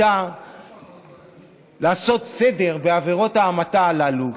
הייתה לעשות סדר בעבירות ההמתה הללו,